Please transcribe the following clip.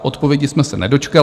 Odpovědi jsme se nedočkali.